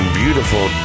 beautiful